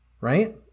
right